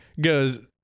goes